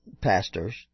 pastors